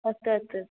अस्तु अस्तु